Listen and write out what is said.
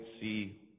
see